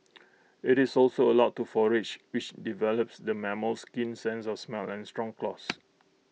IT is also allowed to forage which develops the mammal's keen sense of smell and strong claws